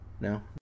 No